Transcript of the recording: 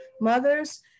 mothers